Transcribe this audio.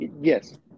Yes